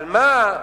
אבל מה,